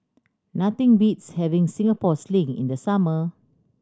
nothing beats having Singapore Sling in the summer